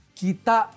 kita